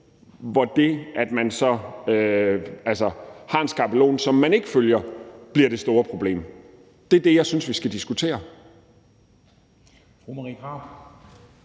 hvor det, at man så har en skabelon, som man ikke følger, bliver det store problem. Det er det, jeg synes vi skal diskutere.